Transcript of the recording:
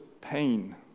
pain